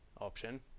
option